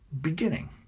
beginning